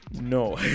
no